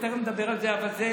תכף נדבר על זה,